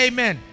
Amen